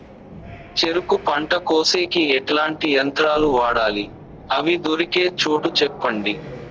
చెరుకు పంట కోసేకి ఎట్లాంటి యంత్రాలు వాడాలి? అవి దొరికే చోటు చెప్పండి?